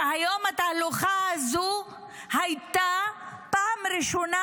היום התהלוכה הזאת הייתה פעם ראשונה,